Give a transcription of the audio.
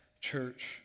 church